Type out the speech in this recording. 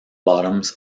bottoms